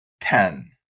Ten